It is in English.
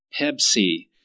Pepsi